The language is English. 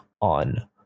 on